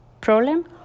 problem